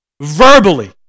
Verbally